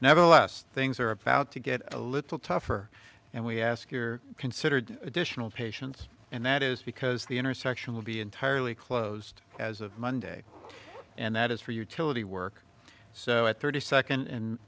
nevertheless things are about to get a little tougher and we ask you're considered additional patients and that is because the intersection will be entirely closed as of monday and that is for utility work so at thirty second in